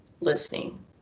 listening